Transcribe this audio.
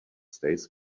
states